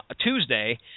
Tuesday